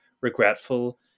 regretful